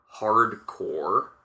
Hardcore